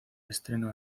estreno